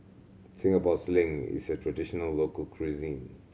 Singapore Sling is a traditional local cuisine